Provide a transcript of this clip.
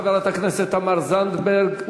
חברת הכנסת תמר זנדברג,